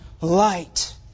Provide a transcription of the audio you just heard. light